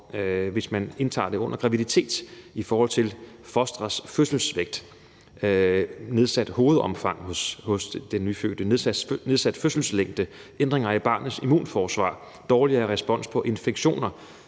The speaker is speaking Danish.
hvis man indtager det under graviditet i forhold til fosterets fødselsvægt, er der nedsat hovedomfang hos den nyfødte, nedsat fødselslængde, ændringer i barnets immunforsvar og dårligere respons på infektioner.